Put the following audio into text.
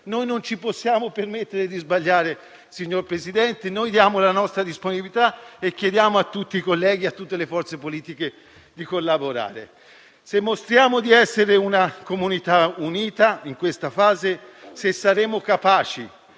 Non ci possiamo permettere di sbagliare, signor Presidente. Diamo la nostra disponibilità e chiediamo a tutti i colleghi e a tutte le forze politiche di collaborare. Se mostriamo di essere una comunità unita in questa fase e se saremo capaci,